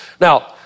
Now